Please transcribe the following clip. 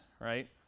right